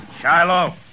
Shiloh